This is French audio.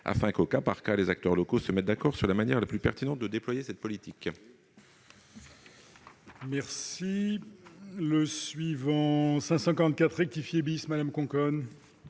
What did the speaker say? afin que, au cas par cas, les acteurs locaux s'accordent sur la manière la plus pertinente de déployer cette politique.